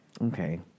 okay